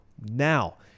Now